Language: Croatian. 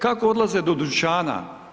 Kako odlaze do dućana?